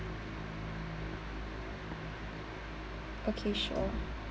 okay sure